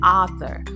author